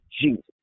Jesus